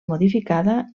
modificada